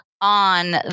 on